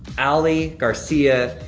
ally garcia.